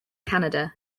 canada